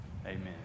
amen